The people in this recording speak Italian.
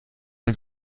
nel